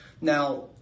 Now